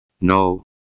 No